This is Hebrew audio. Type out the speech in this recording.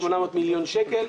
800 מיליון שקלים.